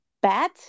bat